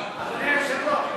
אדוני היושב-ראש,